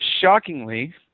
shockingly